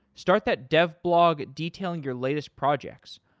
start that dev blog, detailing your latest projects.